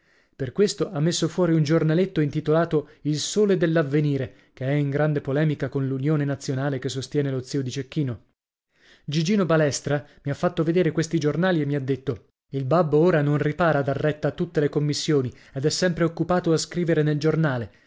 per questo ha messo fuori un giornaletto intitolato il sole dell'avvenire che è in grande polemica con l'unione nazionale che sostiene lo zio di cecchino gigino balestra mi ha fatto vedere questi giornali e mi ha detto il babbo ora non ripara a dar retta a tutte le commissioni ed è sempre occupato a scrivere nel giornale